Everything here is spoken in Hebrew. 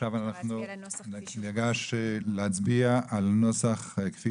עכשיו אנחנו ניגש להצביע על הנוסח כפי